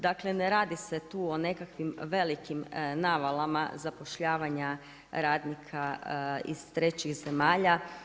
Dakle ne radi se tu o nekakvim velikim navalama zapošljavanja radnika iz trećih zemalja.